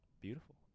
Beautiful